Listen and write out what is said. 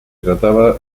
trataba